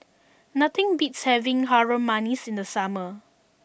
nothing beats having Harum Manis in the summer